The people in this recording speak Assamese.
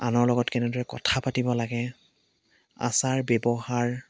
আনৰ লগত কেনেদৰে কথা পাতিব লাগে আচাৰ ব্যৱহাৰ